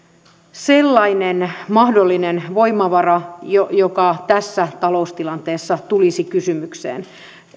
sellainen mahdollinen voimavara joka tässä taloustilanteessa tulisi kysymykseen